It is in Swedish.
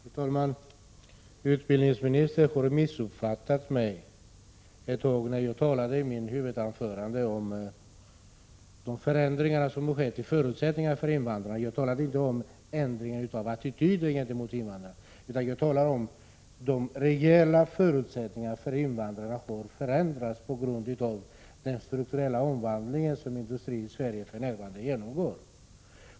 Fru talman! Utbildningsministern missuppfattade mig, när jag i mitt huvudanförande talade om de förändringar som skett i förutsättningarna för invandrarna. Jag talade inte om ändringen av attityden gentemot invandrare utan om att de reella förutsättningarna för invandrarna har förändrats på grund av den strukturella omvandling som industrin i Sverige för närvarande genomgår.